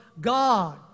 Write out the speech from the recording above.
God